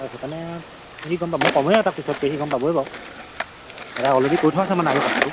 হয় সেইকাৰণে সি গম পাব মই ক'মেই আৰু তাক পিছতকে সি গম পাবই বাৰু আৰু তাক অলৰেডী কৈ থোৱা আছে মানে আগেয়ে কথাটো